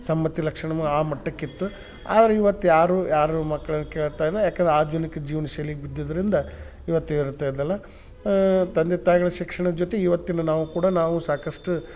ಸಮ್ಮತಿ ಲಕ್ಷಣಂ ಆ ಮಟ್ಟಕ್ಕಿತ್ತು ಆದ್ರೆ ಇವತ್ತು ಯಾರೂ ಯಾರೂ ಮಕ್ಳು ಏನೂ ಕೇಳ್ತಾಯಿಲ್ಲ ಯಾಕನ್ ಆಧುನಿಕ ಜೀವನ ಶೈಲಿಗೆ ಬಿದ್ದಿದ್ದರಿಂದ ಇವತ್ತು ಇರುತ್ತೆ ಅದೆಲ್ಲ ತಂದೆ ತಾಯಿಗ್ಳ ಶಿಕ್ಷಣದ ಜೊತೆಗ್ ಇವತ್ತಿನ್ನು ನಾವೂ ಕೂಡ ನಾವೂ ಸಾಕಷ್ಟು